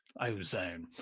Ozone